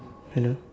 hello